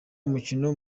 umukino